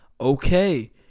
Okay